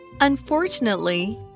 Unfortunately